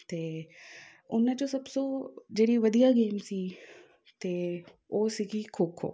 ਅਤੇ ਉਹਨਾਂ 'ਚੋਂ ਸਭ ਸੋ ਜਿਹੜੀ ਵਧੀਆ ਗੇਮ ਸੀ ਅਤੇ ਉਹ ਸੀਗੀ ਖੋ ਖੋ